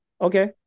Okay